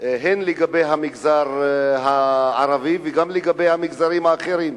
לגבי המגזר הערבי וגם לגבי המגזרים האחרים.